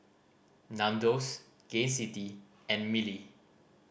Nandos Gain City and Mili